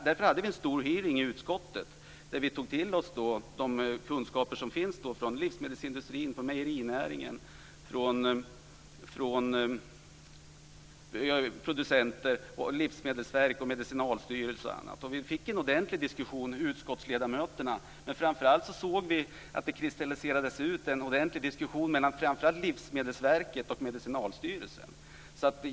Därför hade vi en stor utfrågning i utskottet där vi tog till oss de kunskaper som finns inom livsmedelsindustrin, mejerinäringen, hos producenter, Livsmedelsverket och Vi fick en ordentlig diskussion, och framför allt såg vi att det utkristalliserades en ordentlig diskussion mellan Livsmedelsverket och Medicinalstyrelsen.